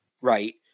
right